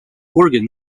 organ